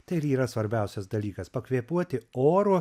tai ir yra svarbiausias dalykas pakvėpuoti oru